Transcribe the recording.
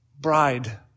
bride